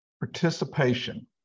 Participation